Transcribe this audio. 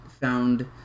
found